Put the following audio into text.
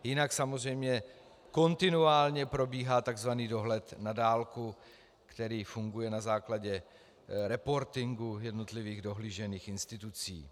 Jinak samozřejmě kontinuálně probíhá tzv. dohled na dálku, který funguje na základě reportingu jednotlivých dohlížených institucí.